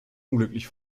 unglücklich